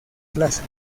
plaza